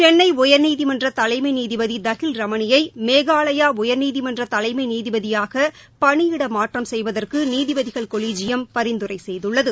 சென்னை உயர்நீதிமன்ற தலைமை நீதிபதி தஹில் ரமணியை மேகாலயா உயர்நீதிமன்ற தலைமை நீதிபதியாக பணியிட மாற்றம் செய்வதற்கு நீதிபதிகள் கொலிஜியம் பரிந்துரை செய்துள்ளது